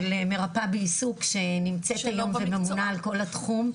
של מרפאה בעיסוק שנמצאת וממונה על כל התחום,